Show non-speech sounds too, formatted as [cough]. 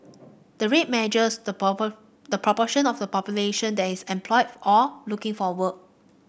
the rate measures the [unintelligible] the proportion of the population that is employed or looking for work